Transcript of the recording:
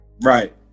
Right